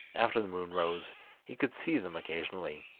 after the moon rose he could see them occasionally,